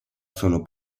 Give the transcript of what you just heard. sono